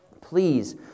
Please